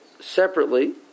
separately